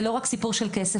זה לא רק סיפור של כסף.